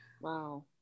Wow